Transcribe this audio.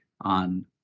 on